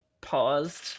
paused